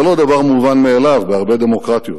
זה לא דבר מובן מאליו בהרבה דמוקרטיות,